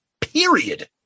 period